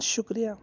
شُکریہ